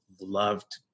loved